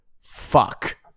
fuck